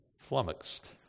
flummoxed